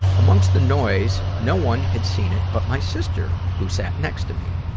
amongst the noise, no one had seen it but my sister, who sat next to me.